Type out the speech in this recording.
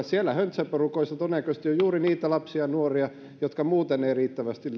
siellä höntsäporukoissa todennäköisesti on juuri niitä lapsia ja nuoria jotka muuten eivät riittävästi